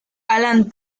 alan